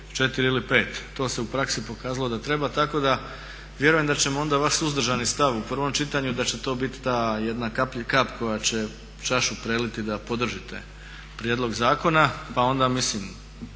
nema 4 ili 5. To se u praksi pokazalo da treba. Tako da vjerujem da ćemo onda vaš suzdržani stav u prvom čitanju da će to biti ta jedna kap koja će čašu preliti da podržite prijedlog zakona. Pa onda mislim,